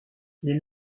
les